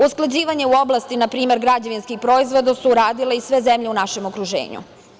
Usklađivanje u oblasti, npr, građevinskih proizvoda su radile i sve zemlje u našem okruženju.